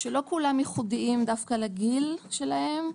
שלא כולם ייחודיים דווקא לגיל שלהם,